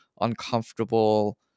uncomfortable